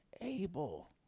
Abel